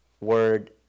word